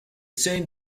same